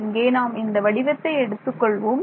இங்கே நாம் இந்த வடிவத்தை எடுத்துக் கொள்வோம்